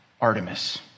Artemis